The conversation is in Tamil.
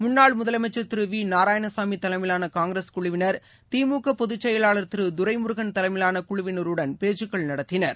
முன்னாள் முதலமைச்சர் திருவிநாராயணசாமிதலைமையிலானகாங்கிரஸ் குழுவினர் திமுகபொதுச் செயலாளர் திருதுரைமுருகன் தலைமையிலானகுழுவினருடன் பேச்சுக்கள் நடத்தினர்